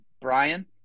Brian